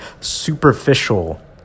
superficial